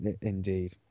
Indeed